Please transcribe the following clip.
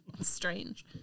strange